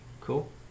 Cool